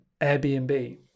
Airbnb